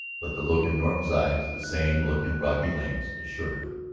but the look in norton's eyes, the same look in brocky lane's, assured her.